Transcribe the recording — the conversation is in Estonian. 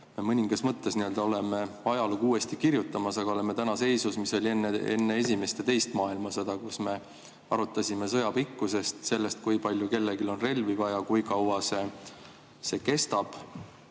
me mõningas mõttes oleme ajalugu uuesti kirjutamas, aga oleme täna seisus, mis oli enne esimest ja teist maailmasõda, kui arutati sõja pikkuse üle, selle üle, kui palju kellelgi on relvi vaja ja kui kaua see kestab.